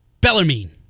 Bellarmine